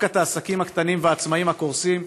דווקא את העסקים הקטנים והעצמאים הקורסים.